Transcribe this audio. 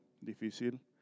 difícil